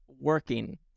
working